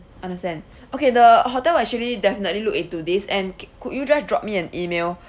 understand okay the hotel actually definitely look into this and c~ could you just drop me an email